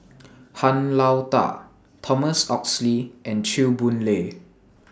Han Lao DA Thomas Oxley and Chew Boon Lay